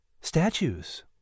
statues